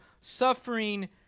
suffering